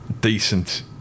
decent